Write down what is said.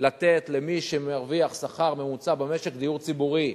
לתת למי שמרוויח שכר ממוצע במשק דיור ציבורי,